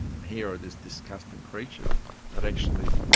and here are these disgusting creatures that actually,